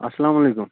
اسلامُ علیکُم